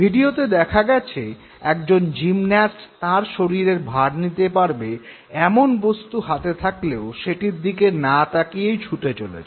ভিডিওতে দেখা গেছে একজন জিমন্যাস্ট তাঁর শরীরের ভার নিতে পারবে এমন বস্ত হাতে থাকলেও সেটির দিকে না তাকিয়েই ছুটে চলেছেন